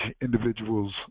individuals